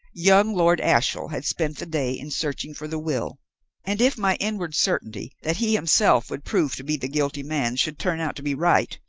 young lord ashiel had spent the day in searching for the will and, if my inward certainty that he himself would prove to be the guilty man should turn out to be right,